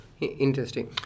Interesting